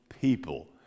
people